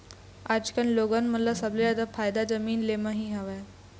आजकल लोगन मन ल सबले जादा फायदा जमीन ले म ही हवय